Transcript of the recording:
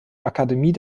akademie